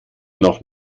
noch